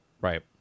Right